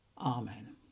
Amen